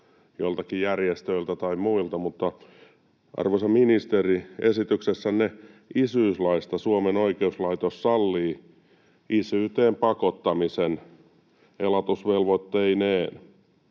joiltakin järjestöiltä tai muilta. Mutta, arvoisa ministeri, esityksessänne isyyslaista Suomen oikeuslaitos sallii isyyteen pakottamisen elatusvelvoitteineen,